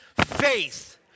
faith